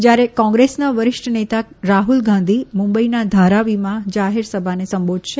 જયારે કોંગ્રેસના વરિષ્ઠ નેતા રાહ્લ ગાંધી મુંબઇના ધારાવીમાં જાહેરસભાને સંબોધશે